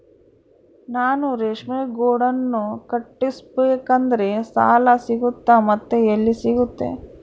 ನಾನು ರೇಷ್ಮೆ ಗೂಡನ್ನು ಕಟ್ಟಿಸ್ಬೇಕಂದ್ರೆ ಸಾಲ ಸಿಗುತ್ತಾ ಮತ್ತೆ ಎಲ್ಲಿ ಸಿಗುತ್ತೆ?